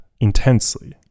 intensely